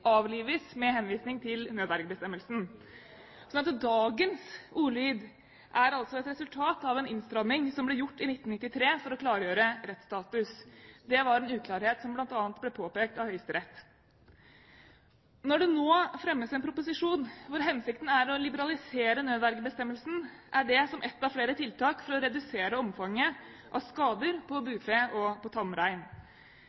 avlives med henvisning til nødvergebestemmelsen. Dagens ordlyd er altså et resultat av en innstramming som ble gjort i 1993 for å klargjøre rettsstatus. Det var en uklarhet som bl.a. ble påpekt av Høyesterett. Når det nå fremmes en proposisjon hvor hensikten er å liberalisere nødvergebestemmelsen, er det som ett av flere tiltak for å redusere omfanget av skader på